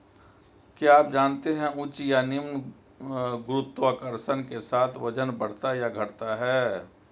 क्या आप जानते है उच्च या निम्न गुरुत्वाकर्षण के साथ वजन बढ़ता या घटता है?